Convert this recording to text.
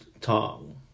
Tong